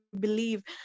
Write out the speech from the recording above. believe